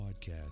Podcast